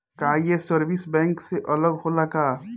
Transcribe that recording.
का ये service bank से अलग होला का?